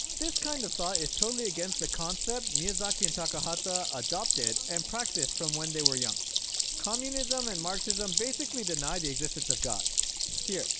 this kind of thought is totally against the concept miyazaki and takahata adopted and practiced from when they were young communism and marxism basically deny the existence of god here